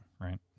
right